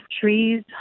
trees